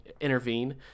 intervene